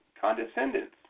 condescendence